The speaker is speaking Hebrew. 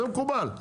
זה מקובל,